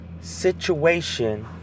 situation